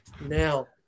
Now